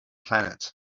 planet